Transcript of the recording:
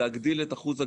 להגדיל את אחוז הגבייה.